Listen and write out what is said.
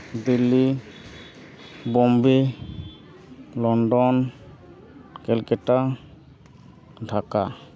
Delhi Bombay London Calcutta Dhaka